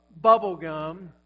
bubblegum